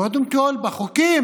קודם כול בחוקים